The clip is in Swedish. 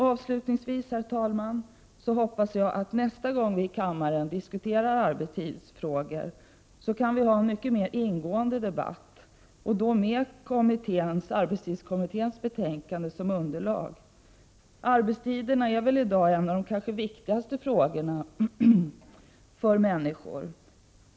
Avslutningsvis, herr talman, hoppas jag att vi, nästa gång vi diskuterar arbetstidsfrågor i kammaren, kan ha en mycket mer Prot. 1988/89:25 ingående debatt, med arbetstidskommitténs betänkande som underlag. 16 november 1988 Arbetstiderna hör väl i dag till de viktigaste frågorna för människor.